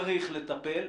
צריך לטפל,